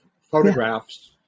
photographs